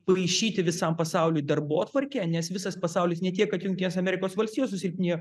paišyti visam pasauliui darbotvarkę nes visas pasaulis ne tiek kad jungtinės amerikos valstijos susilpnėjo